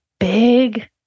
big